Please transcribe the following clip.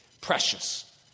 precious